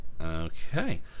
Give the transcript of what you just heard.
Okay